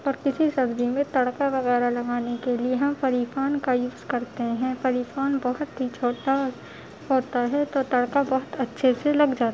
اور کسی سبزی میں تڑکا وغیرہ لگانے کے لیے ہم فری پان کا یوز کرتے ہیں فری پان بہت ہی چھوٹا ہوتا ہے تو تڑکا بہت اچھے سے لگ جا